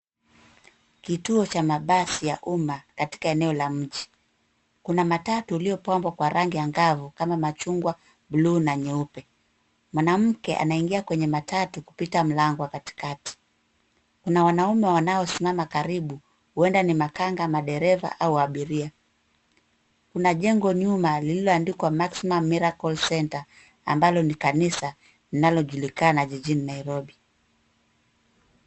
Kituo cha mabasi ya umma katika eneo la mji. Kuna matatu iliyopambwa kwa rangi ya ngavu kama machungwa, bluu na nyeupe. Mwanamke anaingia kwenye matatu kupita mlango wa kati. Kuna wanaume wanaosimama karibu, huenda ni makanga, ama dereva au abiria. Kuna jengo nyuma lililoandikwa, Maximum Miracle Center, ambalo ni kabisa linalojulikana jijini Nairobi.